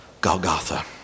Golgotha